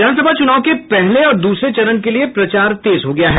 विधानसभा चुनाव के पहले और दूसरे चरण के लिये प्रचार तेज हो गया है